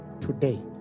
Today